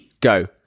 Go